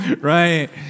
right